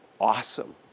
awesome